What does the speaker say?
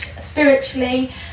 spiritually